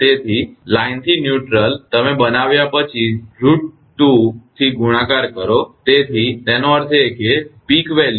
તેથી લાઇન થી ન્યૂટ્રલ તમે બનાવ્યા પછી √2 થી ગુણાકાર કરીને તેનો અર્થ એ કે ટોચનું મૂલ્ય